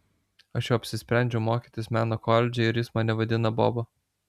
aš jau apsisprendžiau mokytis meno koledže ir jis mane vadina boba